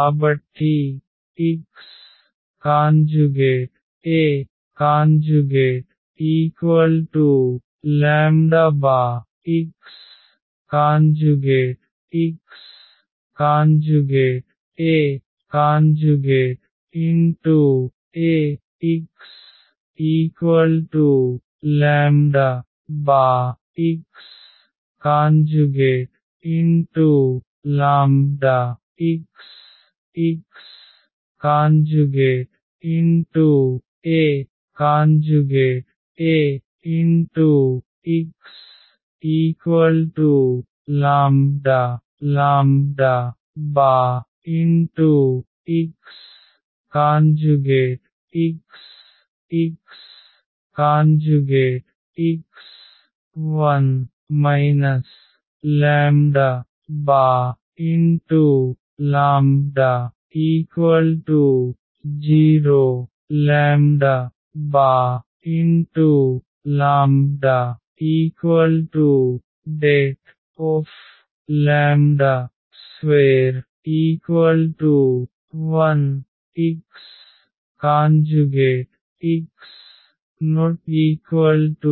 కాబట్టి xAx xAAxxλx xAAx λxx xx1 0 λ 2 1 xx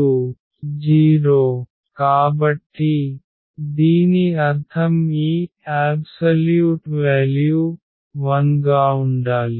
≠ 0 కాబట్టి దీని అర్థం ఈ సంపూర్ణ విలువ 1 గా ఉండాలి